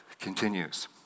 continues